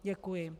Děkuji.